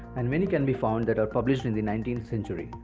and many can be found that are published in the nineteenth century.